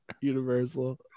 universal